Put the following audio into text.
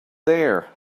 there